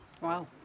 Wow